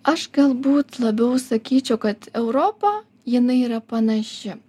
aš galbūt labiau sakyčiau kad europa jinai yra panaši